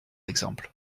exemple